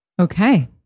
okay